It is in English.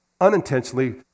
unintentionally